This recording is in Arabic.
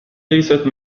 ليست